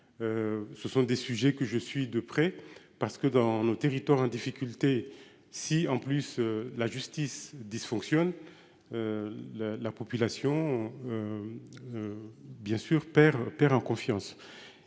Ce sont des sujets que je suis de près parce que dans nos territoires en difficulté. Si en plus la justice dysfonctionne. La la population. Bien sûr.